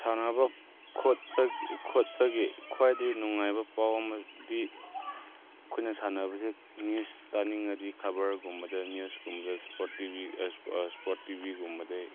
ꯁꯥꯟꯅꯕ ꯈꯣꯠꯄꯒꯤ ꯈ꯭ꯋꯥꯏꯗꯩ ꯅꯨꯡꯉꯥꯏꯕ ꯄꯥꯎ ꯑꯃꯗꯤ ꯑꯩꯈꯣꯏꯅ ꯁꯥꯟꯅꯕꯁꯦ ꯅꯤꯎꯁ ꯇꯥꯅꯤꯡꯉꯗꯤ ꯈꯕꯔꯒꯨꯝꯕꯗ ꯅꯤꯎꯁꯀꯨꯝꯕꯗ ꯁ꯭ꯄꯣꯔꯠ ꯇꯤ ꯕꯤ ꯁ꯭ꯄꯣꯔꯠ ꯇꯤꯕꯤꯒꯨꯝꯕꯗꯒꯤ